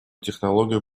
технологию